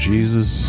Jesus